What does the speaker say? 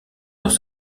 dans